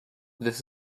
this